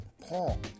Paul